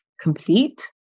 complete